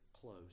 close